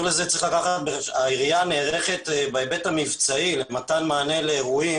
העירייה נערכת בהיבט המבצעי למתן מענה לאירועים